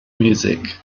music